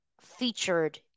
featured